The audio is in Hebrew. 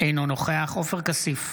אינו נוכח עופר כסיף,